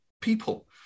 people